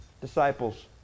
Disciples